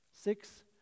six